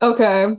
Okay